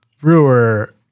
Brewer